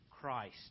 Christ